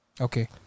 Okay